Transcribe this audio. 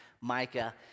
Micah